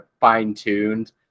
fine-tuned